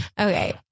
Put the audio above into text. Okay